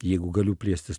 jeigu galiu plėstis